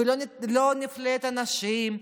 ולא נפלה את הנשים,